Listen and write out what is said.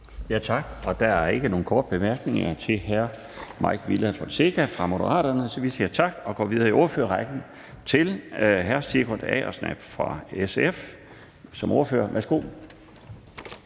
Tak. Der er ikke nogen korte bemærkninger til hr. Mike Villa Fonseca fra Moderaterne. Så vi siger tak og går videre i ordførerrækken til hr. Sigurd Agersnap fra SF. Værsgo.